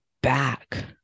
back